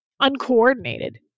uncoordinated